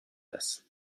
است